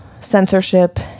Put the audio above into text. censorship